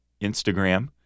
instagram